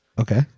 Okay